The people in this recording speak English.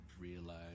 realize